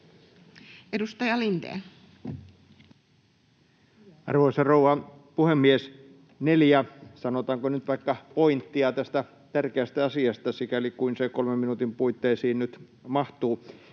Content: Arvoisa rouva puhemies! Neljä, sanotaanko nyt vaikka, pointtia tästä tärkeästä asiasta, sikäli kuin se kolmen minuutin puitteisiin nyt mahtuu: